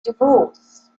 divorce